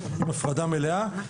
עם הפרדה מלאה.